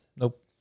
Nope